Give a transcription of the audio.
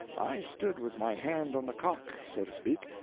i stood with my hand on the cock, so to speak,